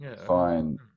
fine